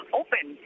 open